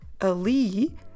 ali